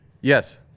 Yes